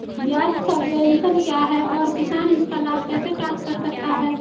ब्याज सबवेंशन क्या है और किसान इसका लाभ कैसे प्राप्त कर सकता है?